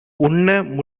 உண்ண